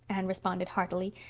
anne responded heartily,